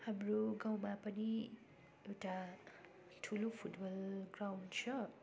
हाम्रो गाउँमा पनि एउटा ठुलो फुटबल ग्राउन्ड छ